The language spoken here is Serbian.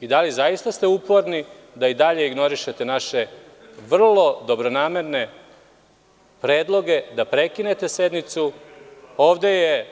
I dalje ste uporni, da i dalje ignorišete naše vrlo dobronamerne predloge da prekinete sednicu, a ovde je